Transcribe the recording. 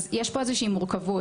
אז יש פה איזושהי מורכבות.